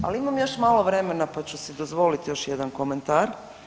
Ali imamo još malo vremena pa ću si dozvoliti još jedan komentar.